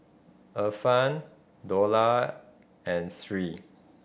Irfan Dollah and Sri